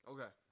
Okay